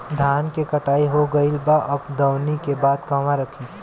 धान के कटाई हो गइल बा अब दवनि के बाद कहवा रखी?